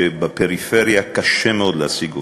שבפריפריה קשה מאוד להשיג עובדים.